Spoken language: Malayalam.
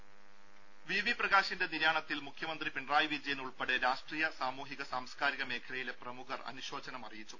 രംഭ വി വി പ്രകാശിന്റെ നിര്യാണത്തിൽ മുഖ്യമന്ത്രി പിണറായി വിജയൻ ഉൾപ്പെടെ രാഷ്ട്രീയ സാമൂഹിക സാംസ്കാരിക മേഖലയിലെ പ്രമുഖർ അനുശോചനമറിയിച്ചു